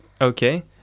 Okay